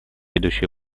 идущие